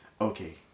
Okay